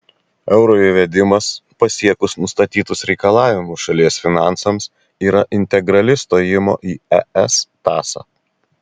euro įvedimas pasiekus nustatytus reikalavimus šalies finansams yra integrali stojimo į es tąsa